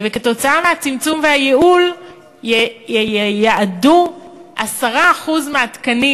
וכתוצאה מהצמצום והייעול יְיעדו 10% מהתקנים